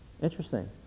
Interesting